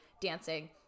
dancing